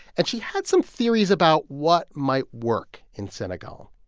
and she had some theories about what might work in senegal.